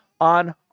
on